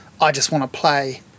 I-just-want-to-play